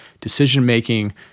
decision-making